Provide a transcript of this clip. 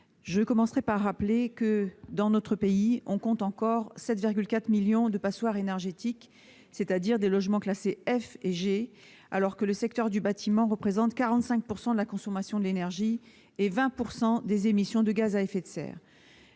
l'amendement n° 301 rectifié. Dans notre pays, on compte encore 7,4 millions de passoires énergétiques, c'est-à-dire des logements classés F et G, alors que le secteur du bâtiment représente 45 % de la consommation de l'énergie et 20 % des émissions de gaz à effet de serre.